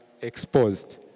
exposed